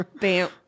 Bam